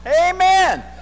Amen